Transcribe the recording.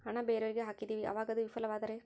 ಹಣ ಬೇರೆಯವರಿಗೆ ಹಾಕಿದಿವಿ ಅವಾಗ ಅದು ವಿಫಲವಾದರೆ?